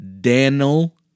Daniel